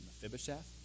Mephibosheth